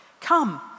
come